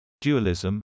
dualism